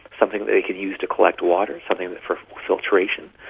something that they can use to collect water, something for filtration.